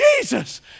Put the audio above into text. Jesus